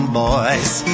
boys